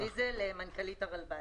אני מנכ"לית הרלב"ד.